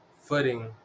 footing